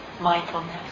mindfulness